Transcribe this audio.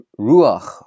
Ruach